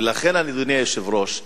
לכן, אדוני היושב-ראש,